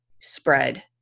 spread